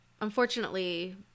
unfortunately